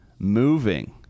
Moving